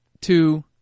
two